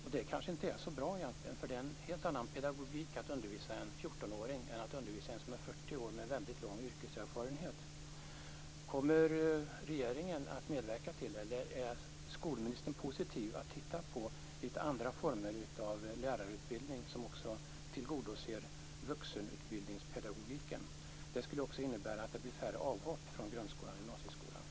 Det kanske inte är så bra. Det kräver en helt annan pedagogik att undervisa en 14-åring än att undervisa en som är 40 år med en väldigt lång yrkeserfarenhet. Kommer regeringen att medverka till eller är skolministern positiv till att se på lite andra former av lärarutbildning som också tillgodoser vuxenutbildningspedagogiken? Det skulle också innebära att det blir färre avhopp från grundskolan och gymnasieskolan.